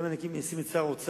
גם אם אני אשים את שר האוצר